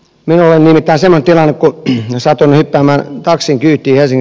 me olemme mitä se mäkelän ja säteilyttämällä taksin tyytyväisin